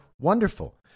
wonderful